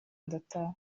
ndataha